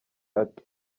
ati